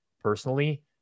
personally